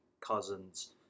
Cousins